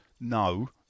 no